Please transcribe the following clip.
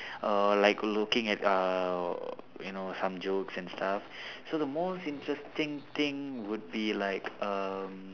uh like looking at uh you know some jokes and stuff so the most interesting thing would be like um